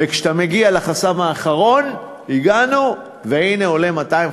וכשאתה מגיע לחסם האחרון, הגענו, והנה עולה 250